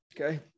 Okay